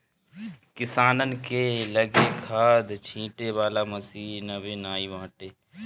किसानन के लगे खाद छिंटे वाला मशीन अबे नाइ बाटे